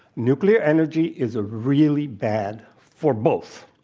nuclear energy is really bad for both.